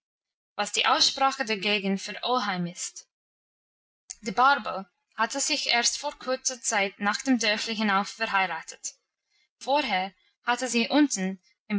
was die aussprache der gegend für oheim ist die barbel hatte sich erst vor kurzer zeit nach dem dörfli hinauf verheiratet vorher hatte sie unten